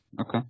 Okay